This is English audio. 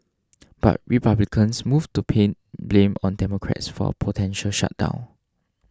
but Republicans moved to pin blame on Democrats for a potential shutdown